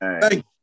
Thank